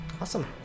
awesome